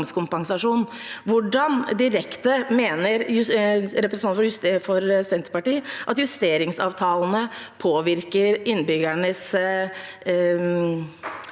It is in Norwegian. Hvor direkte mener representanten for Senterpartiet at justeringsavtalene påvirker både